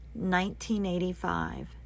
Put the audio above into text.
1985